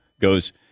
goes